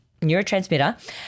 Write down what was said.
neurotransmitter